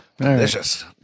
Delicious